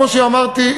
כמו שאמרתי,